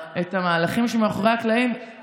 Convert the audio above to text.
כמו שהוא הולך לכל השדולות ופותח את כל השדולות.